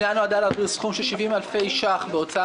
הפנייה נועדה להעביר סכום של 70,000 אלפי ש"ח בהוצאה